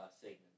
segment